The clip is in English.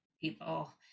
people